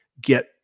get